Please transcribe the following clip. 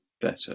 better